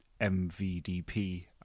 MVDP